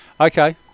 Okay